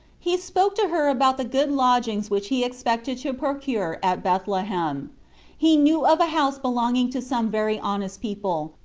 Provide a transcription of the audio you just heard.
he spoke to her about the good lodgings which he expected to procure at bethlehem he knew of a house belonging to some very honest people,